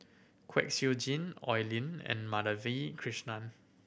Kwek Siew Jin Oi Lin and Madhavi Krishnan